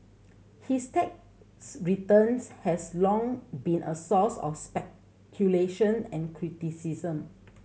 his tax returns has long been a source of speculation and criticism